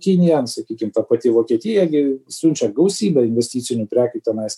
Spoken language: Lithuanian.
kinija sakykim ta pati vokietija gi siunčia gausybę investicinių prekių tenais